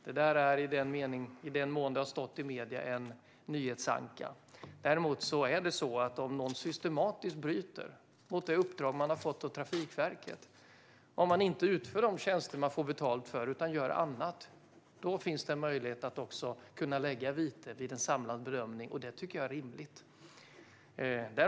Det där är, i den mån det har stått i medierna, en nyhetsanka. Däremot finns det, om någon systematiskt bryter mot det uppdrag som man har fått av Trafikverket och inte utför de tjänster som man får betalt för utan gör annat i stället, en möjlighet att kunna lägga vite vid en samlad bedömning. Det tycker jag är rimligt.